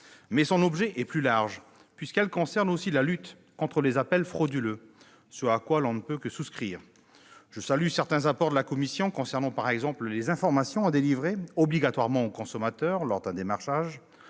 dit, son objet est plus large, puisqu'elle concerne aussi la lutte contre les appels frauduleux, ce à quoi l'on ne peut que souscrire. Je salue certains apports de la commission concernant, par exemple, les informations à délivrer obligatoirement au consommateur lors d'un démarchage,